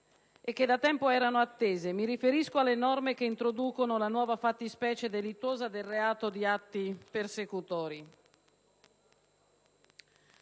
che da tempo erano attese: mi riferisco alle norme che introducono la nuova fattispecie delittuosa del reato di atti persecutori.